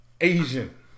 Asian